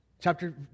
Chapter